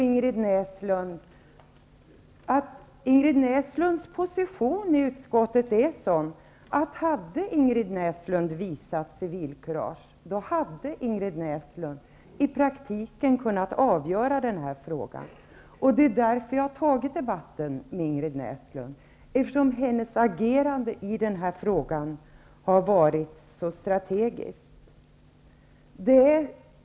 Ingrid Näslunds position i utskottet är ändå sådan att hon i praktiken hade kunnat avgöra den här frågan om hon hade visat civilkurage. Anledningen till att jag har tagit den här debatten med Ingrid Näslund är just att hennes agerande i den här frågan har varit så strategiskt.